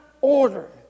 order